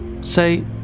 Say